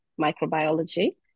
microbiology